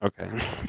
Okay